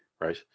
right